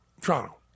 Toronto